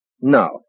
No